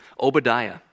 Obadiah